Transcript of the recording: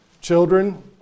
Children